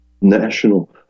National